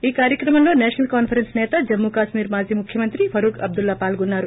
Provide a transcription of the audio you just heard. ఈ కార్వక్రమంలో national conference నేత జమ్ము కశ్మీర్ మాజీ ముఖ్యమంత్రి ఫరూక్ అబ్లుల్లా పాల్గొన్నారు